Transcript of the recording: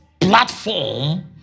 platform